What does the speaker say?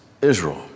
Israel